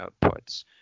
outputs